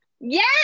Yes